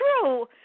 true